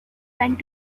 went